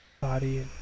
Body